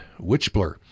Witchblur